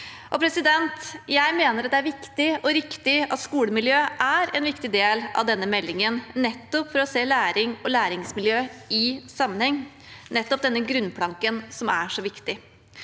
Jeg mener det er viktig og riktig at skolemiljø er en viktig del av denne meldingen, for å se læring og læringsmiljø i sammenheng – denne grunnplanken som er så viktig.